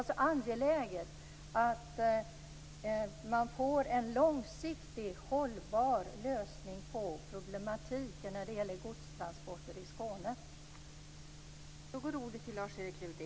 Det är angeläget att få en långsiktig, hållbar lösning på problemen med godstransporter i Skåne.